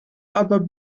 aber